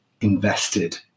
invested